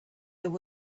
there